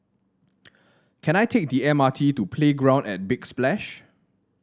can I take the M R T to Playground at Big Splash